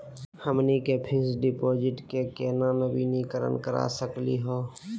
हमनी के fix deposit क केना नवीनीकरण करा सकली हो?